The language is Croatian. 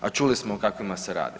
a čuli smo o kakvima se radi.